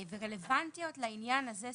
ורלוונטיות לעניין הזה ספציפי.